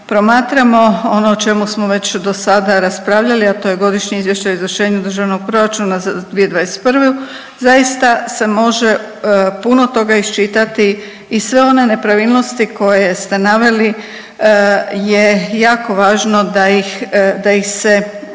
promatramo ono o čemu smo već dosada raspravljali, a to je Godišnje izvješće o izvršenju Državnog proračuna za 2021. zaista se može puno toga iščitati i sve one nepravilnosti koje ste naveli je jako važno da ih,